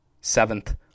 seventh